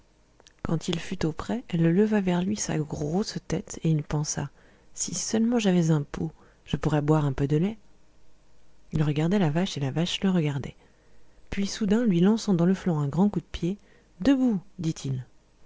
quand il fut auprès elle leva vers lui sa grosse tête et il pensa si seulement j'avais un pot je pourrais boire un peu de lait il regardait la vache et la vache le regardait puis soudain lui lançant dans le flanc un grand coup de pied debout dit-il